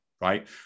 right